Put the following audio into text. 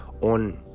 on